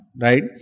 right